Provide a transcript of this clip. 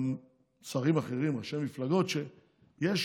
גם שרים אחרים וראשי מפלגות, שיש